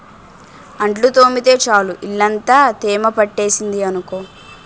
అంట్లు తోమితే చాలు ఇల్లంతా తేమ పట్టేసింది అనుకో